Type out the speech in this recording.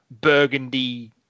burgundy